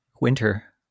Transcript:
winter